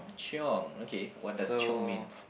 chiong okay what does chiong means